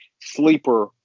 sleeper